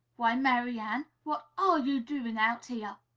why, mary ann, what are you doing out here?